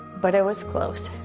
but it was close.